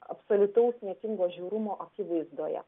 absoliutaus niekingo žiaurumo akivaizdoje